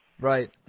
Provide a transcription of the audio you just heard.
right